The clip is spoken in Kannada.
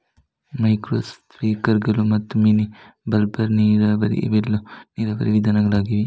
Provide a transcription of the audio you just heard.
ಮೈಕ್ರೋ ಸ್ಪ್ರಿಂಕ್ಲರುಗಳು ಮತ್ತು ಮಿನಿ ಬಬ್ಲರ್ ನೀರಾವರಿ ಇವೆಲ್ಲವೂ ನೀರಾವರಿ ವಿಧಾನಗಳಾಗಿವೆ